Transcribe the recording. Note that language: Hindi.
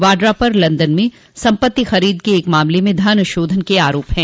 वाड्रा पर लंदन में सम्पत्ति खरीद के एक मामले में धनशोधन के आरोप हैं